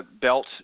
belt